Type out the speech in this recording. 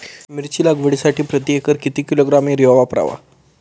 मिरची लागवडीसाठी प्रति एकर किती किलोग्रॅम युरिया वापरावा?